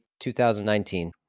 2019